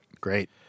Great